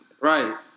Right